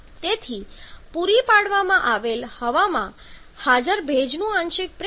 તેથી પૂરી પાડવામાં આવેલ હવામાં હાજર ભેજનું આંશિક પ્રેશર 1